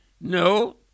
No